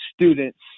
students